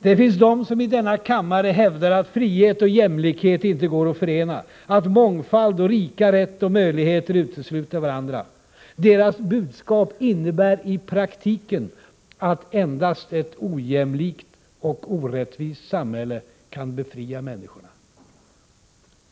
Det finns dem i denna kammare som hävdar att frihet och jämlikhet inte går att förena, att mångfald samt lika rätt och möjligheter utesluter varandra. Deras budskap innebär i praktiken att endast ett ojämlikt och orättvist samhälle kan befria människorna.